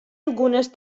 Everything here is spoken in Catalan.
algunes